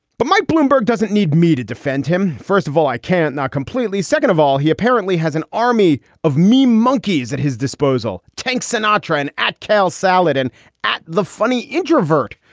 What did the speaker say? but mike bloomberg doesn't doesn't need me to defend him. first of all, i can't. not completely. second of all, he apparently has an army of me, monkeys at his disposal, tanks, sinatra and at kale salad and at the funny introvert,